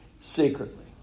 secretly